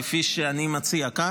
כפי שאני מציע כאן,